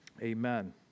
Amen